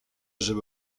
żeby